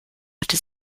hatte